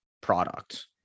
product